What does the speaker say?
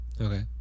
okay